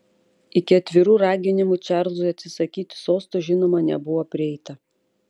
iki atvirų raginimų čarlzui atsisakyti sosto žinoma nebuvo prieita